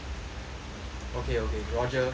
okay okay roger